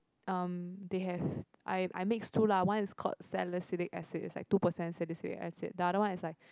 um they have I I mix two lah one is called salicylic acid it's like two percent salicylic acid the other one is like